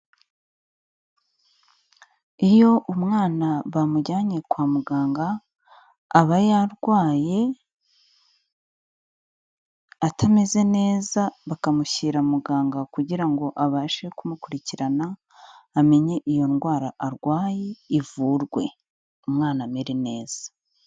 Iyo umwana bamujyanye kwa muganga aba yarwaye atameze neza, bakamushyira muganga kugira ngo abashe kumukurikirana, amenye iyo ndwara arwaye ivurwe, umwana amere neza.